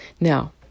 now